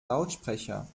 lautsprecher